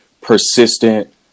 persistent